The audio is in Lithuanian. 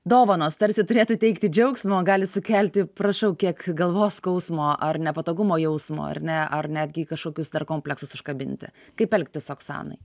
dovanos tarsi turėtų teikti džiaugsmo gali sukelti prašau kiek galvos skausmo ar nepatogumo jausmo ar ne ar netgi kažkokius kompleksus užkabinti kaip elgtis oksanai